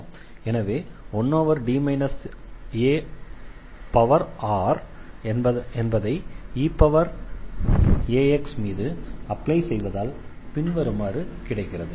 எனவே 1D ar என்பதை eax மீது அப்ளை செய்வதால் பின்வருமாறு கிடைக்கிறது